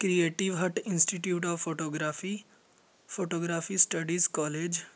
creative hut institute of photography photography studies college